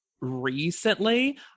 recently